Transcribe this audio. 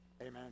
Amen